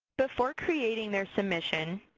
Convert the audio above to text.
before creating their submission,